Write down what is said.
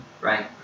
right